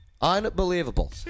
Unbelievable